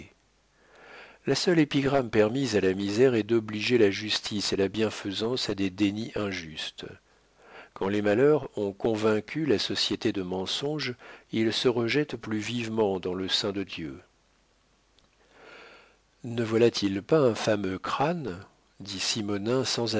la seule épigramme permise à la misère est d'obliger la justice et la bienfaisance à des dénis injustes quand les malheureux ont convaincu la société de mensonge ils se rejettent plus vivement dans le sein de dieu ne voilà-t-il pas un fameux crâne